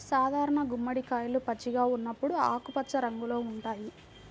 సాధారణ గుమ్మడికాయలు పచ్చిగా ఉన్నప్పుడు ఆకుపచ్చ రంగులో ఉంటాయి